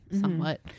somewhat